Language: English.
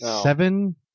Seven